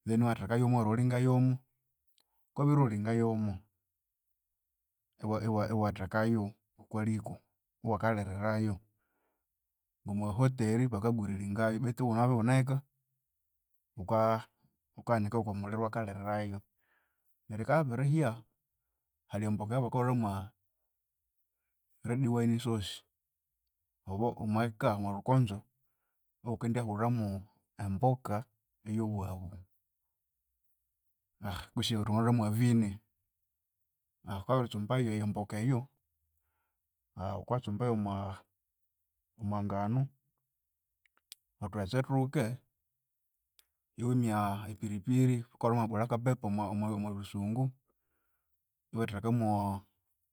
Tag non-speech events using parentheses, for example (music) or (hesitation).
Then iwathekayomo iwarolinga yomo, wukabya wabirolinga yomo iwa- iwathekayo okwa liko iwakalhirirayo. Omwa hoteri baka grillingayo betu wukabya iwune eka wuka wukahanika yokwamulhiro iwakalhirirayo. Neryu yikabya yabirihya, hali emboka eyabakahulhamwa red wine sauce obo omwaka omwalhukonzo iwukendyahulhamu emboka eyobwabu (hesitation) kwesi twamahulha mwa vini. (hesitation) wukabya wabiritsumbayu emboka eyo (hesitation) wukatsumba yomwa yomwanganu nothughetse thuke, iwimya epiripiri bakahulhamu eblack paper omwalhusungu then iwathekamo.